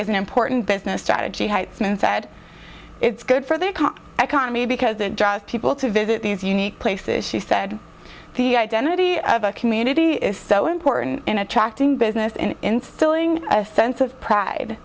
an important business strategy heitman said it's good for the economy because it draws people to visit these unique places she said the identity of a community is so important in attracting business and instilling a sense of pride